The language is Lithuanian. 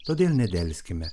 todėl nedelskime